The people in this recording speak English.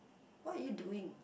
what are you doing